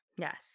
yes